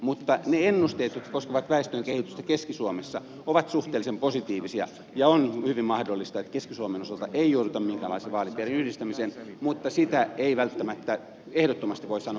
mutta ne ennusteet jotka koskevat väestön kehitystä keski suomessa ovat suhteellisen positiivisia ja on hyvin mahdollista että keski suomen osalta ei jouduta minkäänlaiseen vaalipiirien yhdistämiseen mutta sitä ei välttämättä ehdottomasti voi sanoa